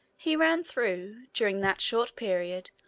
he ran through, during that short period,